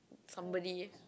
somebody